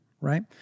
right